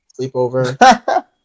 sleepover